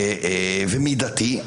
ומידתי,